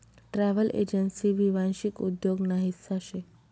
travel agency भी वांशिक उद्योग ना हिस्सा शे